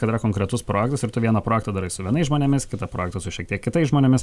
kad yra konkretus projektas ir tu vieną projektą darai su vienais žmonėmis kitą projektą su šiek tiek kitais žmonėmis